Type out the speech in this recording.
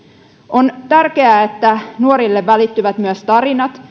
on tärkeää että nuorille välittyvät myös tarinat